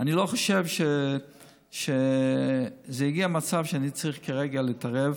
אני לא חושב שזה הגיע למצב שאני צריך כרגע להתערב,